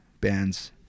bands